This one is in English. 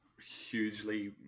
hugely